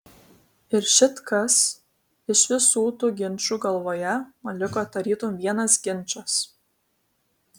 ir šit kas iš visų tų ginčų galvoje man liko tarytum vienas ginčas